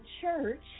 church